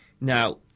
Now